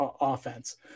offense